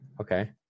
okay